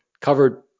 covered